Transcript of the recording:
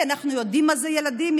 כי אנחנו יודעים מה זה ילדים,